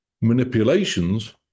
Manipulations